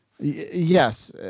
Yes